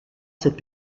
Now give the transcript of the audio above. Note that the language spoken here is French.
cette